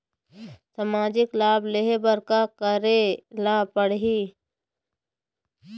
सामाजिक लाभ ले बर का करे ला पड़ही?